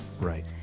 Right